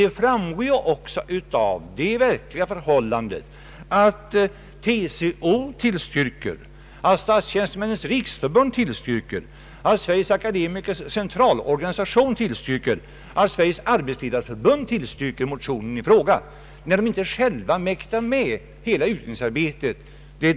Detta framgår också av att TCO, Statstjänstemännens riksförbund, Sveriges akademikers centralorganisation och Sveriges arbetsledareförbund tillstyrker motionen i fråga, när de inte själva mäktar sköta hela utredningsarbetet.